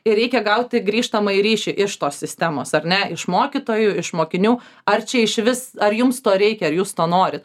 ir reikia gauti grįžtamąjį ryšį iš tos sistemos ar ne iš mokytojų iš mokinių ar čia išvis ar jums to reikia ar jūs to norit